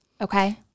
Okay